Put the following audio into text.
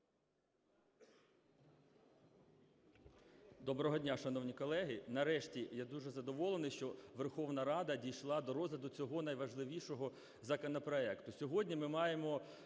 Доброго дня, шановні колеги! Нарешті я дуже задоволений, що Верховна Рада дійшла до розгляду цього найважливішого законопроекту.